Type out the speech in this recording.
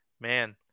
man